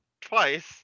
twice